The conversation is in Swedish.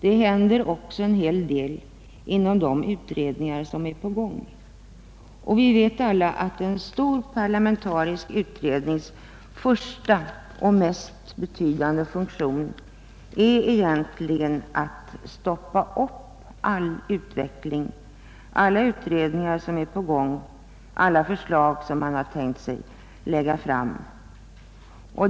Det händer också en hel del inom de utredningar som pågår, och vi vet alla att en stor parlamentarisk utrednings första och mest betydande funktion egentligen är att stoppa upp all utveckling, alla andra utredningar som pågår, alla förslag som man har tänkt sig lägga fram.